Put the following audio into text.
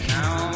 now